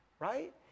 right